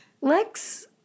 Lex